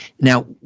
Now